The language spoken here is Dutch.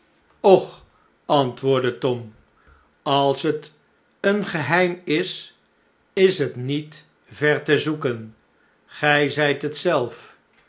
antwoordde tom als het een geheim is is het niet ver te zoeken gij zijt